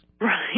Right